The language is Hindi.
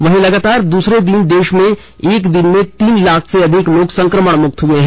वहीं लगातार दूसरे दिन देश में एक दिन में तीन लाख से अधिक लोग संक्रमण मुक्त हुए हैं